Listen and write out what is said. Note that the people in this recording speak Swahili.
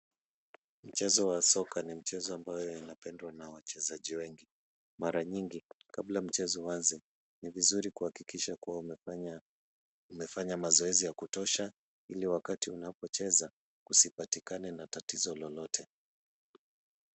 Mchezo wa soka ni mchezo ambayo inapendwa na wachezaji wengi. Mara nyingi, kabla mchezo uanze, ni vizuri kuhakikisha kuwa umefanya mazoezi ya kutosha, ili wakati unapocheza, usipatikane na tatizo lolote.